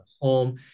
home